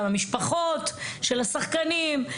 היו שם גם המשפחות של השחקנים.